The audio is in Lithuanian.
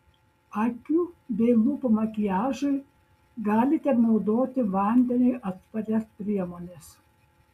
akių bei lūpų makiažui galite naudoti vandeniui atsparias priemones